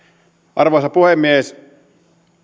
arvoisa puhemies